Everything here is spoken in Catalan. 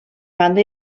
banda